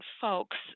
folks